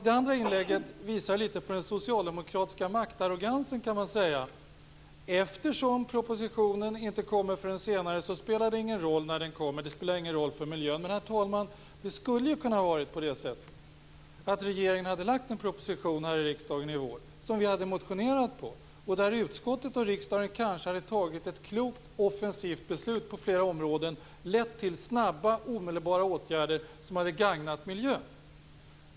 Det andra inlägget visar litet på den socialdemokratiska maktarrogansen, kan man säga. Eftersom propositionen inte kommer förrän senare spelar det ingen roll när den kommer, det spelar ingen roll för miljön. Det skulle, herr talman, ha kunnat vara på det sättet att regeringen hade lagt fram en proposition i riksdagen i vår som vi hade motionerat på och där utskottet och riksdagen hade kanske fattat ett klokt och offensivt beslut på flera områden, som hade lett till snabba omedelbara åtgärder som hade gagnat miljön.